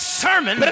sermon